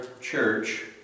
church